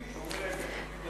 אין מרצים שאומרים להם: